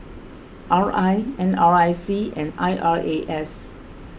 R I N R I C and I R A S